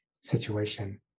situation